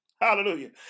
Hallelujah